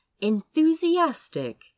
enthusiastic